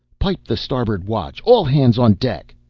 pipe the stabboard watch! all hands on deck!